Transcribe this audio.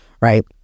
right